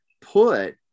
put